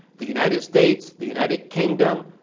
the united states, the united kingdom,